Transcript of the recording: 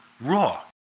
raw